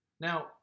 Now